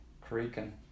creaking